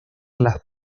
las